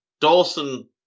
Dawson